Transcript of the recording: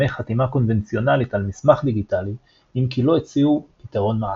חתימה קונבנציונלית על מסמך דיגיטלי אם כי לא הציעו פתרון מעשי.